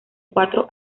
cuatro